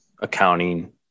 accounting